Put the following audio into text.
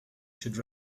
should